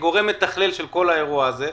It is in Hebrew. כגורם מתכלל של כל האירוע הזה,